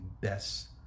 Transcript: best